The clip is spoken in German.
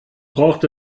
braucht